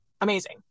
amazing